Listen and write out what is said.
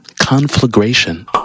Conflagration